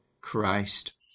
Christ